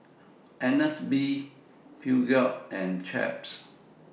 Agnes B Peugeot and Chaps